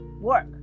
work